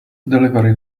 delivery